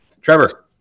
Trevor